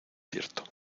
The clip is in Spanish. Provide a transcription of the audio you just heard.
cierto